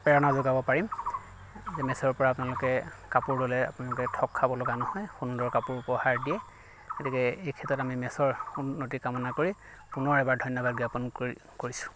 প্ৰেৰণা যোগাব পাৰিম যে মেছ'ৰ পৰা আপোনালোকে কাপোৰ ল'লে আপোনালোকে ঠগ খাব লগা নহয় সুন্দৰ কাপোৰ উপহাৰ দিয়ে গতিকে এই ক্ষেত্ৰত আমি মেছ'ৰ উন্নতি কামনা কৰি পুনৰ এবাৰ ধন্যবাদ জ্ঞাপন কৰিছোঁ